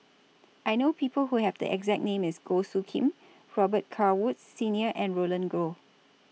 I know People Who Have The exact name as Goh Soo Khim Robet Carr Woods Senior and Roland Goh